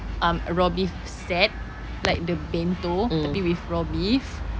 um raw beef set like the bento tapi with raw beef